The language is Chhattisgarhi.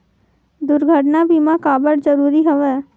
दुर्घटना बीमा काबर जरूरी हवय?